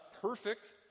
perfect